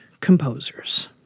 composers